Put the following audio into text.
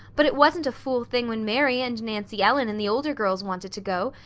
but it wasn't a fool thing when mary and nancy ellen, and the older girls wanted to go.